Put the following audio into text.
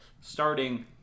starting